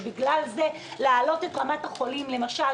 ובגלל זה להעלות את רמת החולים למשל,